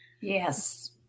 Yes